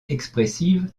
expressive